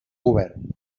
govern